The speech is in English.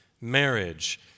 marriage